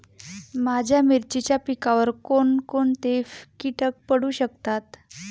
माझ्या मिरचीच्या पिकावर कोण कोणते कीटक पडू शकतात?